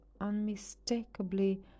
unmistakably